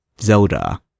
Zelda